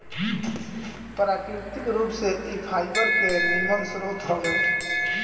प्राकृतिक रूप से इ फाइबर के निमन स्रोत हवे